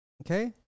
Okay